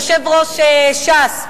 יושב-ראש ש"ס,